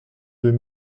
deux